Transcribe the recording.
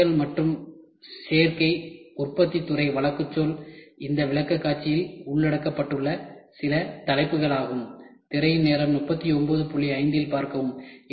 மற்றும் வகைகள் மற்றும் சேர்க்கை உற்பத்தியின் துறை வழக்குச்சொல் இந்த விளக்கக்காட்சியில் உள்ளடக்கப்பட்ட சில தலைப்புகள் ஆகும்